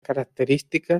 característica